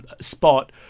spot